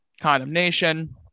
condemnation